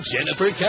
Jennifer